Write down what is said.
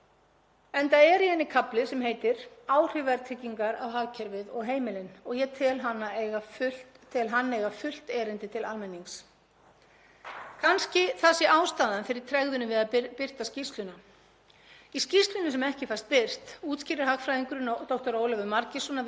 Kannski það sé ástæðan fyrir tregðunni við að birta skýrsluna. Í skýrslunni sem ekki fæst birt útskýrir hagfræðingurinn, dr. Ólafur Margeirsson, að verðtryggð lán séu lán með neikvæðri afborgun því höfuðstóll lánsins hækki eftir hverja afborgun lengi framan af lánstímanum í stað þess að lækka. Svo segir hann,